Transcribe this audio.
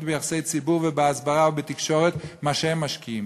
וביחסי ציבור ובהסברה ובתקשורת מה שהם משקיעים,